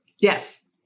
Yes